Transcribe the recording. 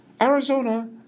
Arizona